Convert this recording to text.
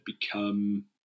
become